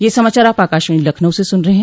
ब्रे क यह समाचार आप आकाशवाणी लखनऊ से सुन रहे हैं